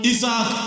Isaac